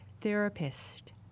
therapist